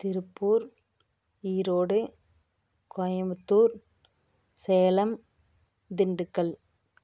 Tiruppur Erode Coimbatore Salem Dindigul